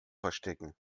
verstecken